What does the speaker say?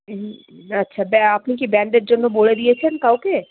উম আচ্ছা ব্যা আপনি কি ব্যাগদের জন্য বলে দিয়েছেন কাউকে